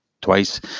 twice